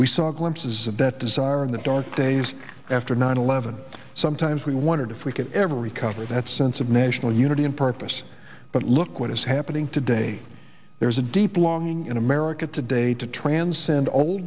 we saw glimpses of that desire in the dark days after nine eleven sometimes we wondered if we could ever recover that sense of national unity and purpose but look what is happening today there is a deep longing in america today to transcend old